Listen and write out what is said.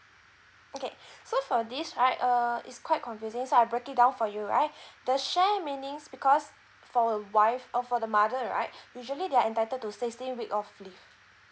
okay so for this right uh it's quite confusing so I break it down for you right the share meanings because for a wife or for the mother right usually they are entitled to sixteen week of leave